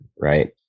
right